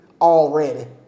already